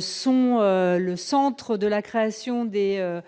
sont le centre de la création des